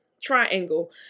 triangle